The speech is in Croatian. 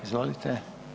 Izvolite.